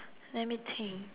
let me think